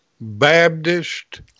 Baptist